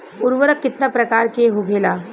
उर्वरक कितना प्रकार के होखेला?